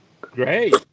Great